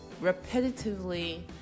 repetitively